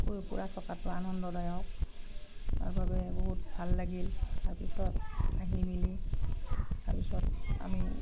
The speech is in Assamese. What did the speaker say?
ফুৰা চকাটো আনন্দদায়ক তাৰ বাবে বহুত ভাল লাগিল তাৰপিছত আহি মেলি তাৰপিছত আমি